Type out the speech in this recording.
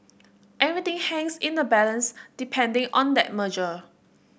everything hangs in the balance depending on that merger